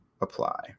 apply